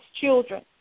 children